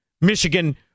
Michigan